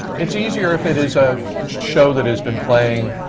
it's easier if it is a show that has been playing,